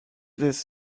this